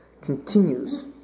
continues